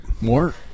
more